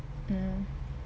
mm